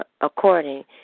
according